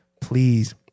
please